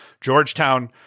Georgetown